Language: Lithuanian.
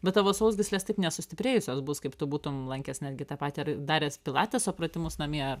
bet tavo sausgyslės taip nesustiprėjusios bus kaip tu būtum lankęs netgi tą patį ar daręs pilateso pratimus namie ar